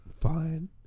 Fine